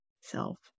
self